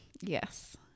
yes